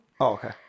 okay